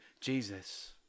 Jesus